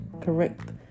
correct